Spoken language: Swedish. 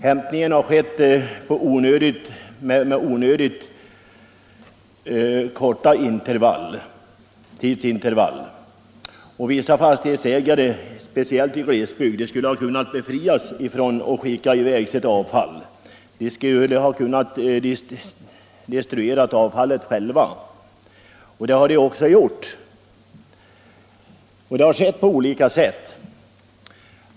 Hämtningen har skett med onödigt korta tidsintervaller. Vissa fastighetsägare — speciellt i glesbygd — skulle ha kunnat befrias från att skicka i väg sitt avfall. De skulle ha kunnat destruera det själva, och det har de också gjort på olika sätt.